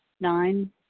Nine